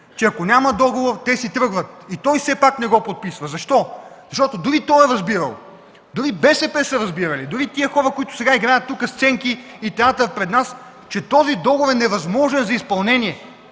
че ако няма договор, те си тръгват. И все пак той не го подписва. Защо?! Защото дори той е разбирал, дори БСП са разбирали, дори тези хора, които сега тук играят сценки и театър пред нас, са разбирали, че този договор е невъзможен за изпълнение,